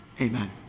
Amen